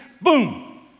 Boom